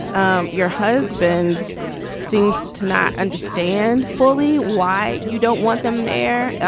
um your husband seems to not understand fully why you don't want them there.